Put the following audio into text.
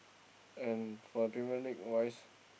and for Premier-League wise